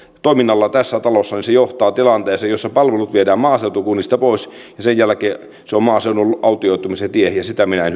toiminnallamme tässä talossa johtaa tilanteeseen jossa palvelut viedään maaseutukunnista pois ja sen jälkeen se on maaseudun autioitumisen tie ja sitä minä en